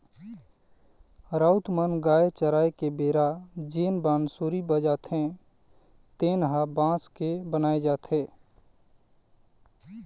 राउत मन गाय चराय के बेरा जेन बांसुरी बजाथे तेन ह बांस के बनाए जाथे